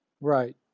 Right